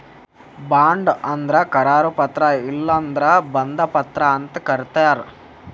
bond ಅಂದ್ರ ಕರಾರು ಪತ್ರ ಇಲ್ಲಂದ್ರ ಬಂಧ ಪತ್ರ ಅಂತ್ ಕರಿತಾರ್